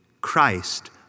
Christ